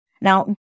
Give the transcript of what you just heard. Now